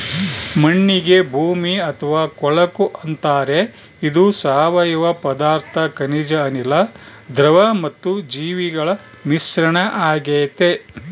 ಮಣ್ಣಿಗೆ ಭೂಮಿ ಅಥವಾ ಕೊಳಕು ಅಂತಾರೆ ಇದು ಸಾವಯವ ಪದಾರ್ಥ ಖನಿಜ ಅನಿಲ, ದ್ರವ ಮತ್ತು ಜೀವಿಗಳ ಮಿಶ್ರಣ ಆಗೆತೆ